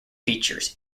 features